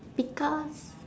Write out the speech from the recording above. because